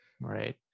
Right